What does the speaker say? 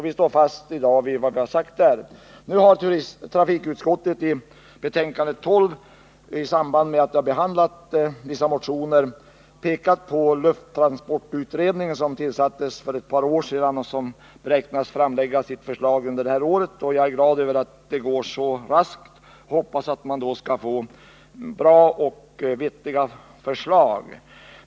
Vi står i dag fast vid vad vi har sagt i det avseendet. Nu har trafikutskottet i sitt betänkande nr 12 i samband med att utskottet har behandlat vissa motioner pekat på att lufttransportutredningen, som tillsattes för ett par år sedan, beräknas framlägga sitt förslag under det här året. Jag är glad över att det går så raskt och hoppas att man då skall få bra och vettiga förslag.